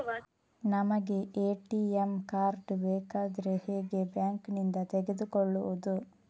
ನಮಗೆ ATM card ಬೇಕಾದ್ರೆ ಹೇಗೆ ಬ್ಯಾಂಕ್ ನಿಂದ ತೆಗೆದುಕೊಳ್ಳುವುದು?